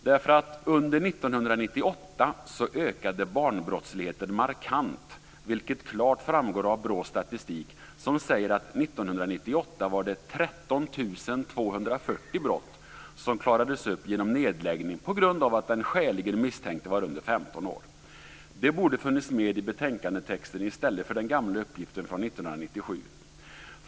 Under 1998 ökade nämligen barnbrottsligheten markant, vilket klart framgår av BRÅ:s statistik. Den säger att 1998 var det 13 240 brott som klarades upp genom nedläggning på grund av att den skäligen misstänkte var under 15 år. Det borde ha funnits med i betänkandetexten i stället för den gamla uppgiften från 1997.